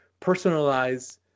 personalize